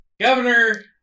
governor